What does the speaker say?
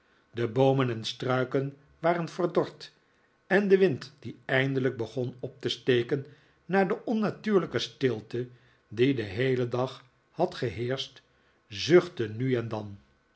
de boomen en struiken waren verdord en de wind die eindelijk begon op te steken na de onnatuurlijke stilte die den heelen dag had geheerscht zuchtte nu en dan